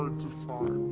so to find.